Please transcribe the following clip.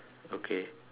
okay